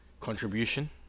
contribution